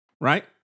right